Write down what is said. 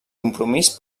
compromís